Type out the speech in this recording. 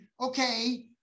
okay